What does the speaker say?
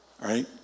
right